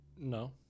No